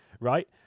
right